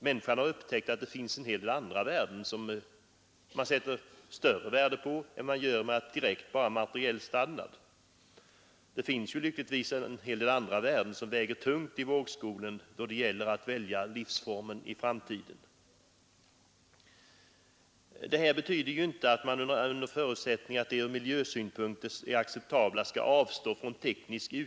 Människorna har upptäckt att det finns en hel del andra saker att sätta värde på än direkt materiell standard, värden som väger tungt i vågskålen då det gäller att välja livsform i framtiden. Detta betyder emellertid inte att vi skall avstå från teknisk utveckling där den ur miljösynpunkt är acceptabel.